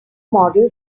model